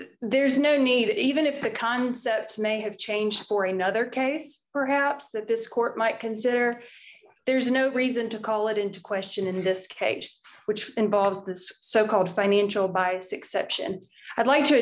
there's no need even if the concepts may have changed or another case perhaps that this court might consider there's no reason to call it into question in this case which involved its so called financial bites exception and i'd like to